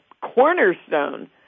cornerstone